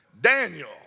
Daniel